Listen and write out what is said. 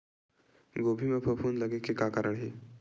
गोभी म फफूंद लगे के का कारण हे?